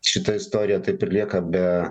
šita istorija taip ir lieka be